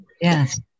Yes